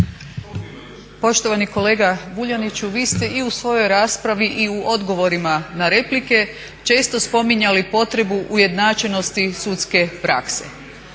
Poštovani kolega Vuljaniću vi ste i u svojoj raspravi i u odgovorima na replike često spominjali potrebu ujednačenosti sudske prakse.